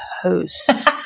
host